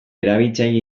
erabiltzaile